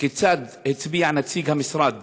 כיצד הצביע נציג המשרד